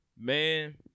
Man